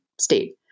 state